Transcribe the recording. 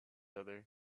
other